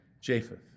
Japheth